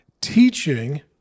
teaching